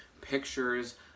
pictures